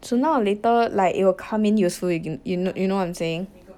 sooner or later like it will come in useful you you you know what I'm saying